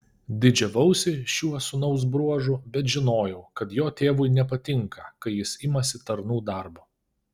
didžiavausi šiuo sūnaus bruožu bet žinojau kad jo tėvui nepatinka kai jis imasi tarnų darbo